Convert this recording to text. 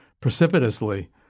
precipitously